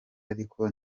ariko